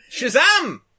Shazam